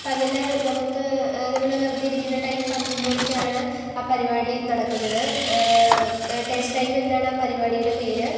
പകൽ നമുക്ക് നമ്മൾ വെറുതെ ഇരിക്കുന്ന ടൈം പന്ത്രണ്ട് മണിക്കാണ് ആ പരിപാടി നടക്കുന്നത് ടേസ്റ്റ് ടൈം എന്നാണ് ആ പരിപാടിയുടെ പേര്